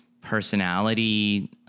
personality